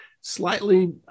slightly